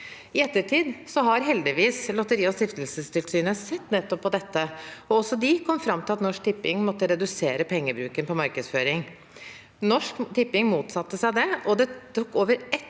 I ettertid har heldigvis Lotteri- og stiftelsestilsynet sett på nettopp dette, og også de kom fram til at Norsk Tipping måtte redusere pengebruken på markedsføring. Norsk Tipping motsatte seg det, og det tok over ett år